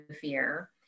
fear